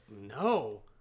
No